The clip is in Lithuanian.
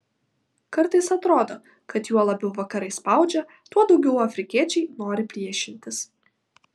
kartais atrodo kad juo labiau vakarai spaudžia tuo daugiau afrikiečiai nori priešintis